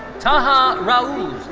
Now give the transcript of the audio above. taha raouz.